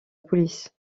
police